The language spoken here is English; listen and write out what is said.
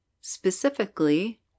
specifically